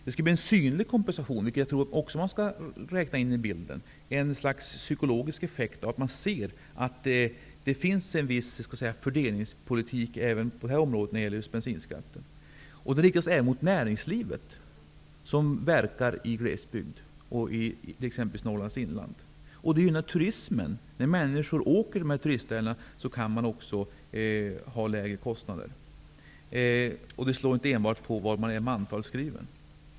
Det skulle bli en synlig kompensation, vilket jag anser att man också skall ta med i bilden. Det blir ett slags psykologisk effekt av att man ser att det finns en viss fördelningspolitik även på detta område som gäller bensinskatten. Det riktas även till näringslivet som verkar i glesbygden och i t.ex. Norrlands inland. Det gynnar även turismen. När människor kör i dessa turistlän kan de få lägre kostnader. Det skulle inte handla om enbart var man är mantalskriven.